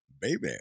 baby